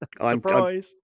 Surprise